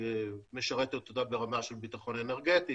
משרתת אותה ברמה של ביטחון אנרגטי